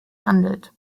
handelt